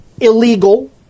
illegal